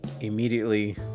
immediately